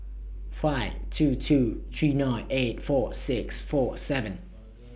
five two two three nine eight four six four seven